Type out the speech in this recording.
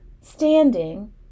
standing